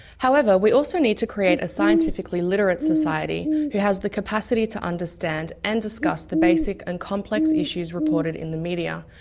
however, we also need to create a scientifically literate society who has the capacity to understand and discuss the basic and complex issues reported in the media,